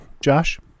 Josh